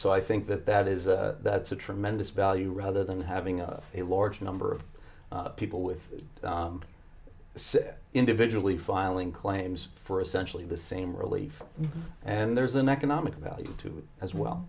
so i think that that is a tremendous value rather than having of a large number of people with individually filing claims for essentially the same relief and there's an economic value to as well